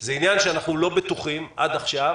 זה עניין שאנחנו לא בטוחים עד עכשיו